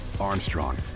Armstrong